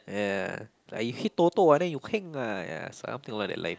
ya like you hit Toto ah then you heng ah ya something like that like